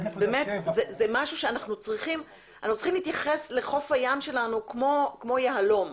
אנחנו צריכים להתייחס לחוף הים שלנו כמו אל יהלום,